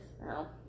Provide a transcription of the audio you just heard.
No